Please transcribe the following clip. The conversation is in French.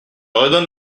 redonne